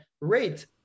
rate